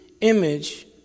image